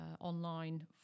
online